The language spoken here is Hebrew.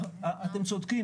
אתם צודקים.